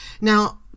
Now